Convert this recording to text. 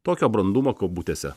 tokio brandumo kabutėse